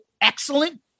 excellent